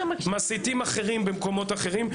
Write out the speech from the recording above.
למסיתים אחרים במקומות אחרים.